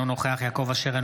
אינו נוכח יעקב אשר,